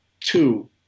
Two